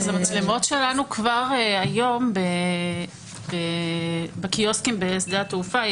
אז כבר היום בקיוסקים בשדה התעופה,